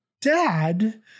dad